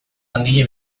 langile